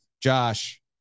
Josh